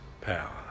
power